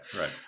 right